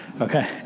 okay